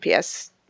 PS